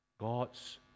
god's